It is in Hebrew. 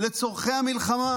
לצורכי המלחמה,